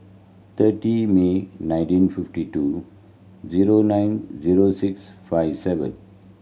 thirty May nineteen fifty two zero nine zero six five seven